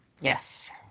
Yes